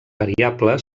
variable